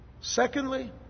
Secondly